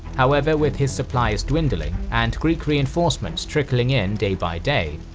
however, with his supplies dwindling, and greek reinforcements trickling in day by day,